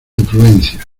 influencia